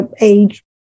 age